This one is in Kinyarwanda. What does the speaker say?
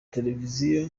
televiziyo